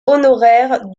honoraire